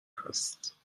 هست